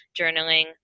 journaling